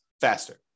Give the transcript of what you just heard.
faster